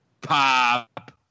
Pop